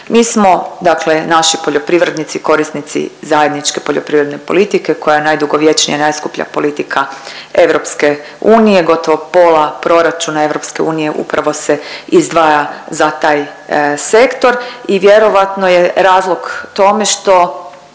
Mi smo dakle naši poljoprivrednici korisnici zajedničke poljoprivrede politike koja je najdugovječnija i najskuplja politika EU gotovo pola proračuna EU upravo se izdvaja za taj sektor i vjerojatno je razlog tome što